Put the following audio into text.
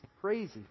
crazy